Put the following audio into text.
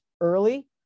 early